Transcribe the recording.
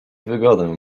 wygodę